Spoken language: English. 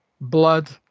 blood